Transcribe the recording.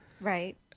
right